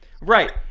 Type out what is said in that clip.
right